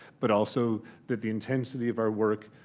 but also that the intensity of our work,